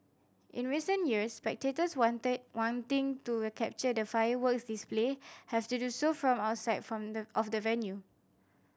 in recent years spectators wanted wanting to capture the fireworks display have to do so from outside from the of the venue